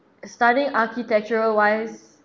studying architectural wise